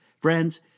Friends